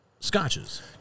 Scotches